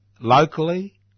locally